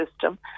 system